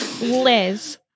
Liz